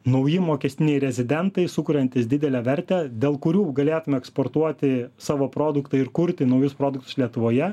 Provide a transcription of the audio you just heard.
nauji mokestiniai rezidentai sukuriantys didelę vertę dėl kurių galėtume eksportuoti savo produktą ir kurti naujus produktus lietuvoje